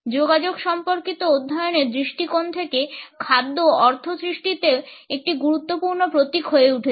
যোগাযোগ সম্পর্কিত অধ্যয়নের দৃষ্টিকোণ থেকে খাদ্য অর্থ সৃষ্টিতে একটি গুরুত্বপূর্ণ প্রতীক হয়ে উঠেছে